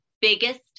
biggest